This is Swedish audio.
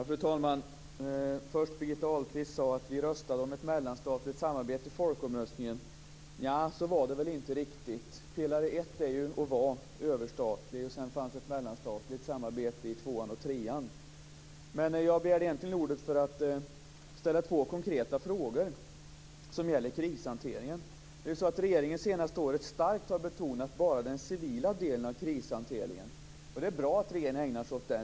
Fru talman! Birgitta Ahlqvist sade att vi röstade om ett mellanstatligt samarbete i folkomröstningen. Så var det väl inte riktigt. Pelare 1 är ju, och var, överstatlig. Sedan fanns det ett mellanstatligt samarbete i tvåan och trean. Jag begärde egentligen ordet för att ställa två konkreta frågor om krishanteringen. Regeringen har ju det senaste året starkt betonat bara den civila delen av krishanteringen. Det är bra att regeringen ägnar sig åt den.